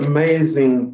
Amazing